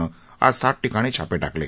नं आज सात ठिकाणी छापे टाकले